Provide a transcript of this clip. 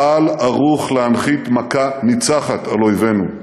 צה"ל ערוך להנחית מכה ניצחת על אויבינו.